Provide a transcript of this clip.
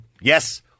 Yes